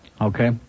Okay